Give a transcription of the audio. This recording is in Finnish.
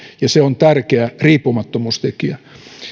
ja se on tärkeä riippumattomuustekijä